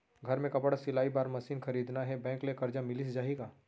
घर मे कपड़ा सिलाई बार मशीन खरीदना हे बैंक ले करजा मिलिस जाही का?